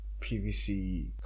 pvc